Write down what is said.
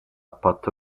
patto